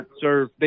serve